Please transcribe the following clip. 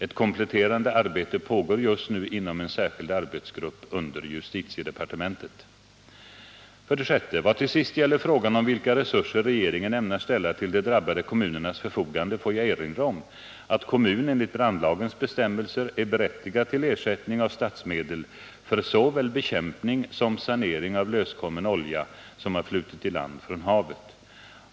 Ett kompletterande arbete pågår just nu inom en särskild arbetsgrupp under justitiede 6. Vad till sist gäller frågan om vilka resurser regeringen ämnar ställa till de drabbade kommunernas förfogande får jag erinra om att kommun enligt brandlagens bestämmelser är berättigad till ersättning av statsmedel för så väl bekämpning som sanering av löskommen olja, som har flutit i land från havet.